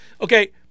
Okay